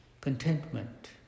contentment